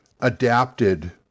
adapted